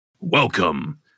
Welcome